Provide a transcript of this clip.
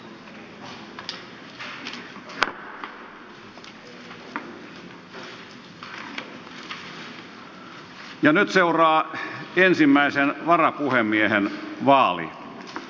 eduskunta valitsi eduskunnan puhemieheksi kansanedustaja diplomi insinööri juha sipilän